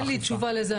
אין לי תשובה לזה.